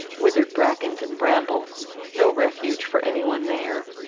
withered brackens and bramble no refuge for any one there.